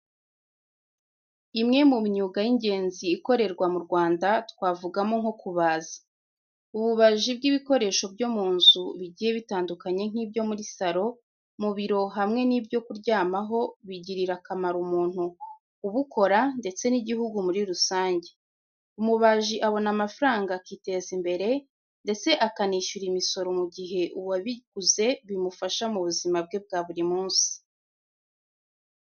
Imwe mu myuga y'ingenzi ikorerwa mu Rwanda twavuga mo nko kubaza. Ububaji bw'ibikoresho byo munzu bigiye bitandukanye nk'ibyo muri salo, mu biro hamwe n'ibyo kuryamaho bugirira akamaro umuntu ubukora ndetse n'igihugu muri rusange. Umubaji abona amafaranga akiteza imbere ndetse akanishyura imisoro mugihe uwabiguze bimufasha mu buzima bwe bwa buri munsi.